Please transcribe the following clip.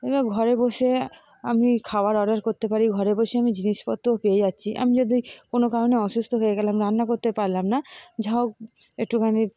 এবার ঘরে বসে আমি খাবার অর্ডার করতে পারি ঘরে বসে আমি জিনিসপত্রও পেয়ে যাচ্ছি আমি যদি কোনো কারণে অসুস্থ হয়ে গেলাম রান্না করতে পারলাম না যা হোক একটুখানি